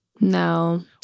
No